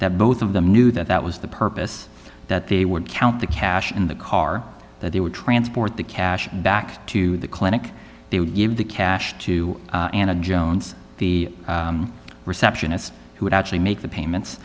that both of them knew that that was the purpose that they would count the cash in the car that they would transport the cash back to the clinic they would give the cash to anna jones the receptionist who would actually make the payments